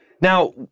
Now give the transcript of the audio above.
Now